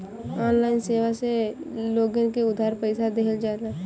online सेवा से लोगन के उधार पईसा देहल जाला